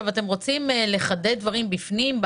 אם אתם רוצים לחדד דברים בפנים,